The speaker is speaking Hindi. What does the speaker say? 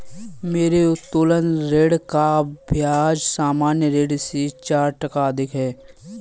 मेरे उत्तोलन ऋण का ब्याज सामान्य ऋण से चार टका अधिक है